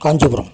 Kanchipuram